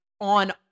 on